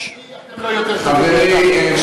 אנחנו לא יותר טובים מכם ואתם לא יותר טובים מאתנו.